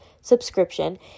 subscription